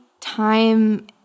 time